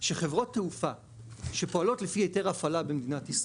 אמרנו שחברות תעופה שפועלות לפי היתר הפעלה במדינת ישראל,